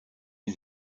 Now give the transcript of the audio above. ihn